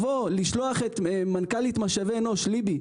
לשלוח את ליבי